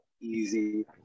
easy